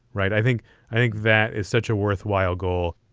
right. i think i think that is such a worthwhile goal.